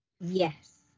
yes